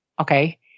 Okay